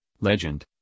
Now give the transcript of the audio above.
legend